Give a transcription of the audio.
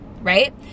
right